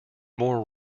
more